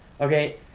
okay